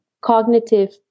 cognitive